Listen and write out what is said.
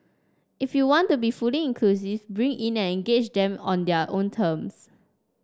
if you want to be fully inclusive bring in and engage them on their own terms